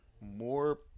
more